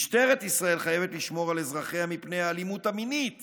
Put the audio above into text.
משטרת ישראל חייבת לשמור על אזרחיה מפני האלימות המינית